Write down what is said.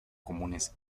comunes